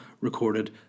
Recorded